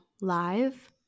live